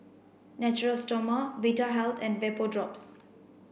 Natura Stoma Vitahealth and Vapodrops